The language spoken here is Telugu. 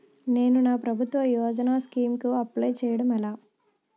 నేను నా ప్రభుత్వ యోజన స్కీం కు అప్లై చేయడం ఎలా?